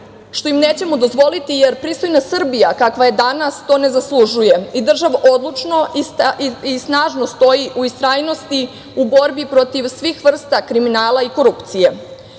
što im nećemo dozvoliti, jer pristojna Srbija, kakva je danas, to ne zaslužuje i država odlučno i snažno stoji u istrajnosti u borbi protiv svih vrsta kriminala i korupcije. Svi